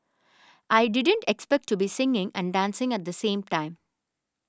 I didn't expect to be singing and dancing at the same time